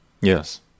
Yes